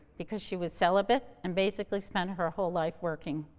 because she was celibate and basically spent her whole life working.